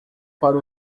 para